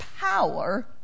power